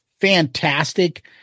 fantastic